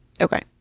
Okay